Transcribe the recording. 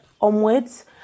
onwards